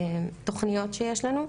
לכמה תוכניות שיש לנו.